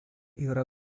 yra